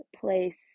place